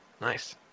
Nice